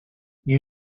you